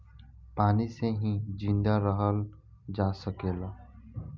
पानी से ही जिंदा रहल जा सकेला